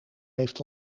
heeft